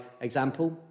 example